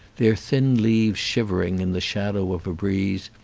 their thin leaves shivering in the shadow of a breeze,